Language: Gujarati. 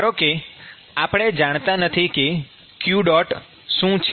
ધારો કે આપણે જાણતા નથી કે q શું છે